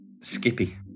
Skippy